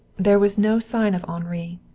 there was no sign of henri.